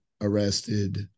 arrested